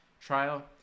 trial